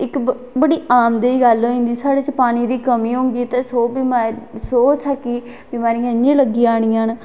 इक बड़ी आम जेही गल्ल होई जंदी साढ़े च पानी दी कमी होग ते साढ़े च सौ बिमारिआं होनी सौ बिमारिआं असैं गी इंया गे लग्गी जानी